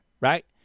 Right